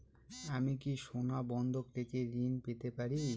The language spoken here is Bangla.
আমি কি সোনা বন্ধক রেখে ঋণ পেতে পারি?